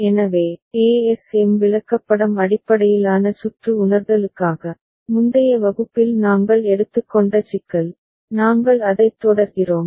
எனவே ஏஎஸ்எம் விளக்கப்படம் அடிப்படையிலான சுற்று உணர்தலுக்காக முந்தைய வகுப்பில் நாங்கள் எடுத்துக்கொண்ட சிக்கல் நாங்கள் அதைத் தொடர்கிறோம்